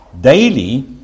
daily